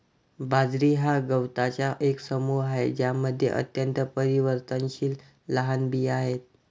बाजरी हा गवतांचा एक समूह आहे ज्यामध्ये अत्यंत परिवर्तनशील लहान बिया आहेत